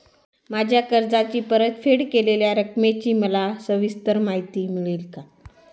माझ्या कर्जाची परतफेड केलेल्या रकमेची मला सविस्तर माहिती मिळेल का?